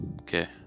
Okay